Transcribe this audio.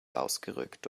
ausgerückt